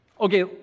Okay